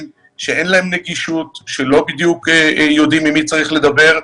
שאין להם נגישות ושלא בדיוק יודעים עם מי צריך לדבר.